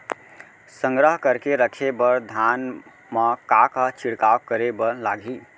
संग्रह करके रखे बर धान मा का का छिड़काव करे बर लागही?